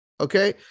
Okay